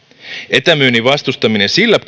etämyynnin vastustaminen sillä